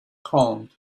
calmed